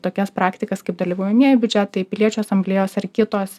tokias praktikas kaip dalyvuomieji biudžetai piliečių asamblėjos ar kitos